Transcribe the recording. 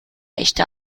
echte